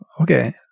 Okay